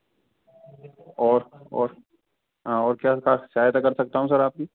और और हाँ और क्या सहायता कर सकता हूँ सर आपकी